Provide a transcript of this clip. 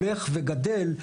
שהולך וגדל,